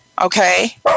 Okay